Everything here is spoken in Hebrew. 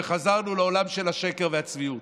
וחזרנו לעולם של השקר והצביעות.